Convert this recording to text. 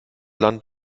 land